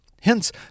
Hence